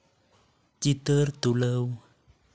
ᱪᱤᱛᱟᱹᱨ ᱛᱩᱞᱟᱹᱣ